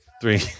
three